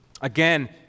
Again